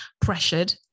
pressured